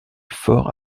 forts